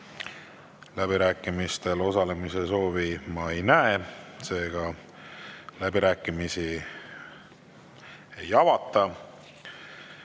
Läbirääkimistel osalemise soovi ma ei näe, seega läbirääkimisi ei